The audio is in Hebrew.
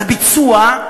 בביצוע,